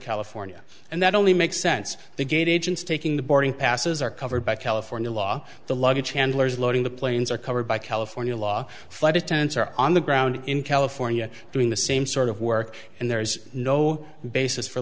california and that only makes sense the gate agents taking the boarding passes are covered by california law the luggage handlers loading the planes are covered by california law flight attendants are on the ground in california doing the same sort of work and there is no basis for